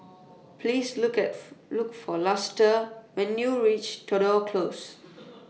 Please Look Look For Luster when YOU REACH Tudor Close